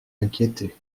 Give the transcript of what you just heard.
inquiétés